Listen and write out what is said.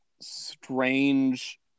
Strange